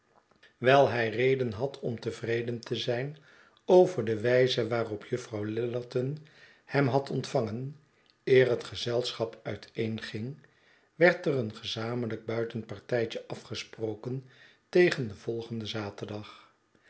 wijl hij reden had om tevreden te zijn over de wijze waarop juffrouw lillerton hem had ontvangen eer het gezelschap uiteenging werd er een gezamenlijk buitenpartijtje afgesproken tegen den volgenden zaterdag